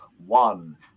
one